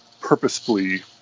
purposefully